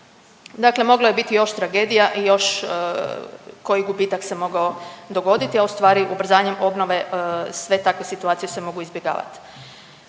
Dakle, moglo je biti još tragedija i još koji gubitak se mogao dogoditi, a u stvari ubrzanjem obnove sve takve situacije se mogu izbjegavati.